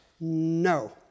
No